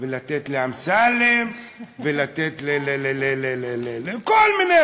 ולתת לאמסלם ולתת לכל מיני,